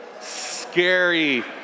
Scary